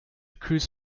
cruz